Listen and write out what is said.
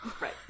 right